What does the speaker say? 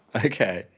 ah okay.